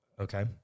Okay